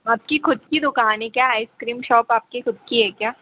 आपकी खुद की दुक़ान है क्या आइस क्रीम शॉप आपकी खुद की है क्या